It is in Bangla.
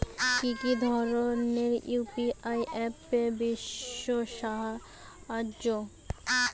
কি কি ধরনের ইউ.পি.আই অ্যাপ বিশ্বাসযোগ্য?